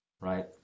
right